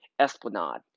Esplanade